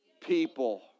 people